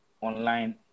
online